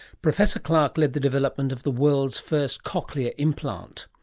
professor clark led the development of the world's first cochlear implant.